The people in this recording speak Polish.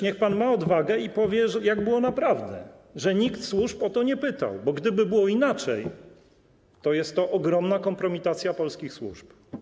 Niech pan ma odwagę i powie, jak było naprawdę, że nikt służb o to nie pytał, bo gdyby było inaczej, to jest to ogromna kompromitacja polskich służb.